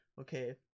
okay